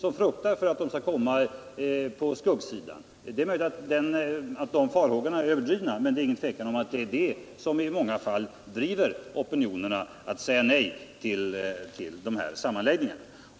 De fruktar att de då skall hamna på skuggsidan. Det är möjligt att dessa farhågor är överdrivna, men det råder ändå inget tvivel om att det är denna fruktan som i många fall driver opinionerna att säga nej till sammanläggningarna.